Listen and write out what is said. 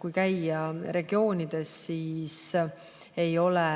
kui käia regioonides, siis ei ole